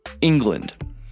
England